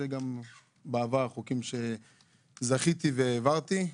אלה גם בעבר החוקים שזכיתי והעברתי.